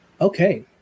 Okay